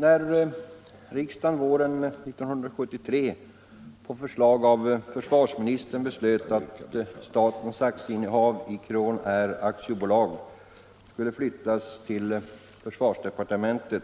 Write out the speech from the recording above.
Herr talman! När riksdagen våren 1973 på förslag av försvarsministern beslöt att statens aktieinnehav i Crownair AB skulle flyttas till försvarsdepartementet